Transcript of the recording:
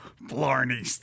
Blarney